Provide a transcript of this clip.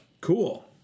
Cool